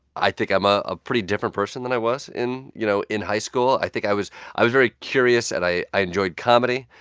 i think i'm a ah pretty different person than i was in you know, in high school. i think i was i was very curious, and i i enjoyed comedy.